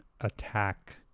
attack